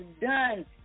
done